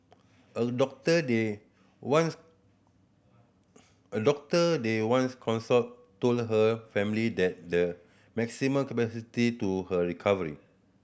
a doctor they once a doctor they once consulted told her family that the maximum capacity to her recovery